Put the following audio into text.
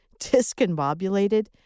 discombobulated